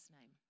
name